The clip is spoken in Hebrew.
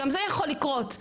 גם זה יכול לקרות.